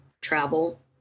travel